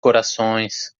corações